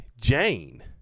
Jane